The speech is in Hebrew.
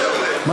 מה?